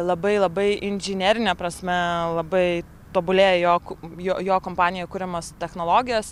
labai labai inžinerine prasme labai tobulėja jog jo jo kompanijoj kuriamos technologijos